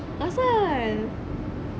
asal